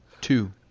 Two